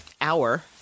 hour